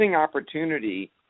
opportunity